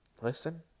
Listen